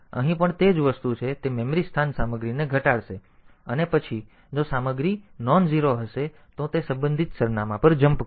તેથી અહીં પણ તે જ વસ્તુ તે મેમરી સ્થાન સામગ્રીને ઘટાડશે અને પછી જો સામગ્રી બિનશૂન્ય હશે તો તે સંબંધિત સરનામાં પર જમ્પ કરશે